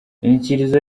inyikirizo